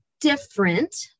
different